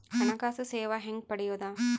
ಹಣಕಾಸು ಸೇವಾ ಹೆಂಗ ಪಡಿಯೊದ?